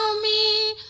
me